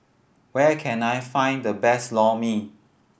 where can I find the best Lor Mee